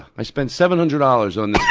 i spent seven hundred dollars on this